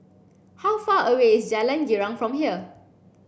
how far away is Jalan Girang from here